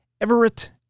Everett